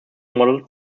modeled